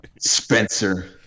Spencer